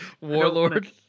Warlord